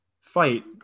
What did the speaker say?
fight